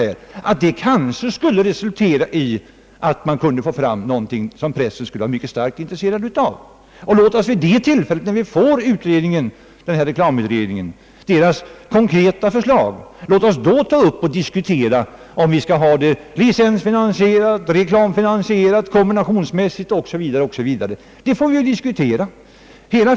Det skulle kanske resultera i att man kunde få fram någonting som pressen skulle vara mycket starkt intresserad av. När vi fått utredningens konkreta förslag, kan vi ju diskutera om vi skall ha licensfinansierad eller reklamfinansierad TV eller någon form av kombination.